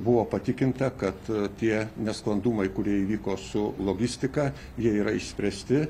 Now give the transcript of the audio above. buvo patikinta kad tie nesklandumai kurie įvyko su logistika jie yra išspręsti